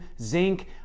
zinc